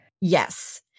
Yes